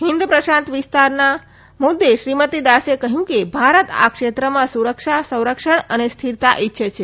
હિન્દ પ્રશાંત વિસ્તારના મુદ્દે શ્રીમતી દાસે કહ્યું કે ભારત આ ક્ષેત્રમાં સુરક્ષા સંરક્ષણ અને સ્થિરતા ઇચ્છે છે